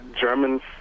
Germans